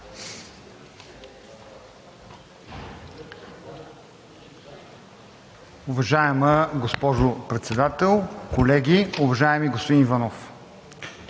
Уважаема госпожо Председател, колеги! Уважаеми господин Иванов,